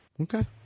Okay